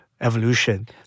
Evolution